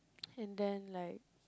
and then like